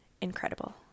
incredible